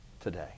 today